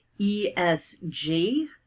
ESG